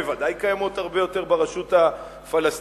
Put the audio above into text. בוודאי קיימות הרבה יותר ברשות הפלסטינית,